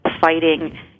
fighting